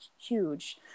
huge